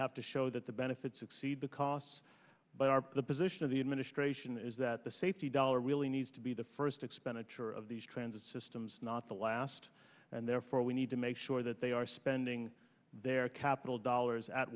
have to show that the benefits exceed the costs but our the position of the administration is that the safety dollar really needs to be the first expenditure of these transit systems not the last and therefore we need to make sure that they are spending their capital dollars at